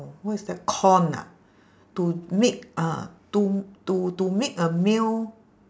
what is that corn ah to make uh to to to make a meal